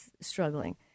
struggling